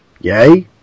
yay